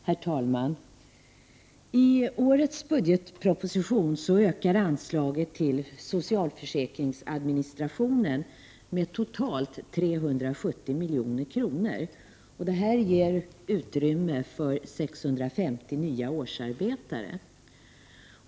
Herr talman! I årets budgetproposition ökas anslaget till socialförsäkringsadministrationen med totalt 370 milj.kr., och det ger utrymme för 650 nya årsarbetare.